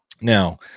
now